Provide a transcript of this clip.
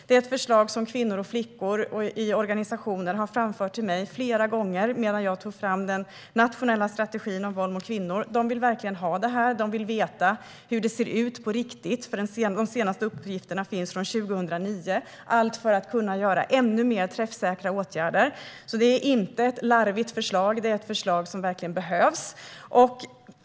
Det är ett förslag som kvinnor och flickor i organisationer har framfört till mig flera gånger medan jag tog fram den nationella strategin om våld mot kvinnor. De vill verkligen ha detta. De vill veta hur det ser ut på riktigt, för de senaste uppgifterna är från 2009 - allt för att kunna vidta ännu mer träffsäkra åtgärder. Det är inte ett larvigt förslag, utan det är ett förslag som verkligen behövs.